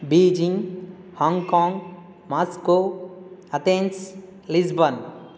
Beijing Hong Kong Moscow Athens Lisbon